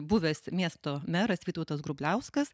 buvęs miesto meras vytautas grubliauskas